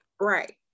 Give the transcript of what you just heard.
Right